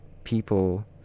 People